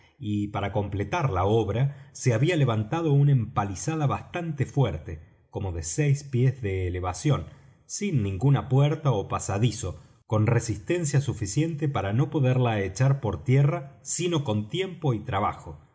y para completar la obra se había levantado una empalizada bastante fuerte como de seis pies de elevación sin ninguna puerta ó pasadizo con resistencia suficiente para no poderla echar por tierra sino con tiempo y trabajo